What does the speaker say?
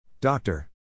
Doctor